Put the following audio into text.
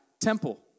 temple